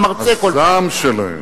אתה מרצה, הזעם שלהם,